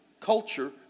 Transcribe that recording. culture